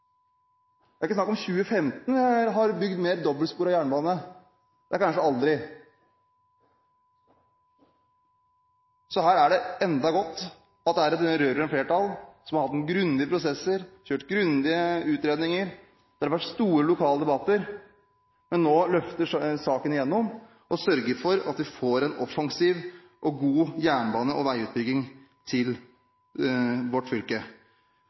Det er ikke snakk om å ha bygd mer dobbeltsporet jernbane i 2015, det blir kanskje aldri. Så her er det enda godt at det er et rød-grønt flertall som har hatt noen grundige prosesser, kjørt grundige utredninger. Det har vært store lokale debatter, men nå løfter vi saken igjennom og sørger for at vi får en offensiv og god jernbane- og veiutbygging til vårt fylke.